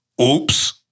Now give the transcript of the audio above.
Oops